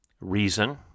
reason